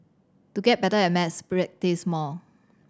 to get better at maths practise more